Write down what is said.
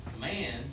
man